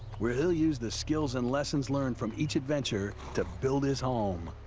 where he'll use the skills and lessons learned from each adventure to build his home.